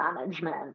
management